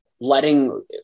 letting